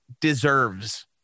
deserves